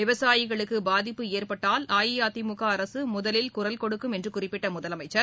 விவசாயிகளுக்கு பாதிப்பு ஏற்பட்டால் அஇஅதிமுக அரசு முதலில் குரல் கொடுக்கும் என்று குறிப்பிட்ட முதலமைச்சர்